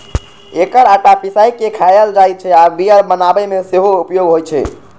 एकर आटा पिसाय के खायल जाइ छै आ बियर बनाबै मे सेहो उपयोग होइ छै